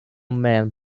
men